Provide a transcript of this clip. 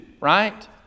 right